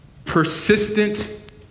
Persistent